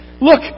Look